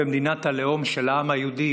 במדינת הלאום של העם היהודי,